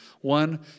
One